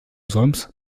solms